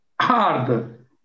hard